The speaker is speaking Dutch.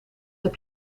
heb